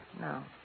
No